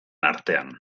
artean